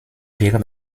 wird